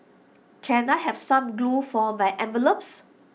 can I have some glue for my envelopes